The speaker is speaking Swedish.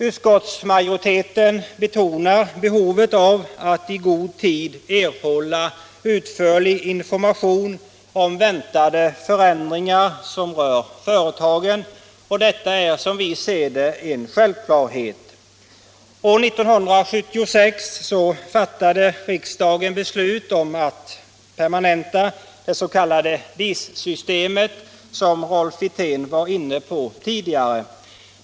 Utskottsmajoriteten betonar behovet av att i god tid erhålla utförlig information om väntade förändringar som rör företagen. Detta är som vi ser det en självklarhet. År 1976 fattade riksdagen beslut om att permanenta det s.k. DIS-systemet, vilket Rolf Wirtén redan varit inne på.